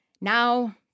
now